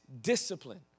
discipline